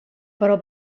però